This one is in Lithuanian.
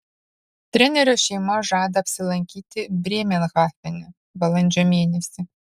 trenerio šeima žada apsilankyti brėmerhafene balandžio mėnesį